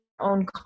own